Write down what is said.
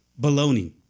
baloney